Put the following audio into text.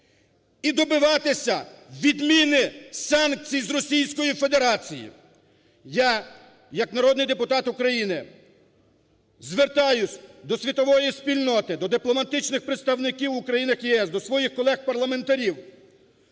і добиватися відміни санкцій з Російської Федерації. Я як народний депутат України звертаюсь до світової спільноти, до дипломатичних представників у країнах ЄС, до своїх колег парламентарів,